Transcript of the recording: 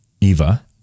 Eva